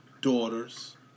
daughters